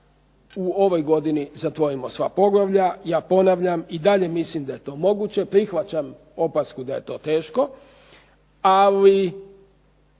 u ovoj godini zatvorimo sva poglavlja. Ja ponavljam, i dalje mislim da je to moguće. Prihvaćam opasku da je to teško, ali,